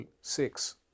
Six